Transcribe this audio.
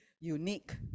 unique